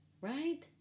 Right